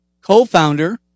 co-founder